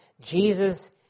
Jesus